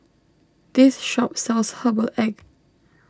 this shop sells Herbal Egg